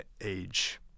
age